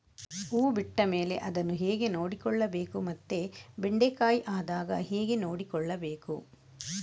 ಹೂ ಬಿಟ್ಟ ಮೇಲೆ ಅದನ್ನು ಹೇಗೆ ನೋಡಿಕೊಳ್ಳಬೇಕು ಮತ್ತೆ ಬೆಂಡೆ ಕಾಯಿ ಆದಾಗ ಹೇಗೆ ನೋಡಿಕೊಳ್ಳಬೇಕು?